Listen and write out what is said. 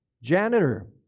Janitor